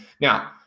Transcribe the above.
Now